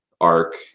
arc